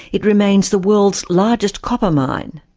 it remains the world's largest copper mining.